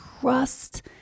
trust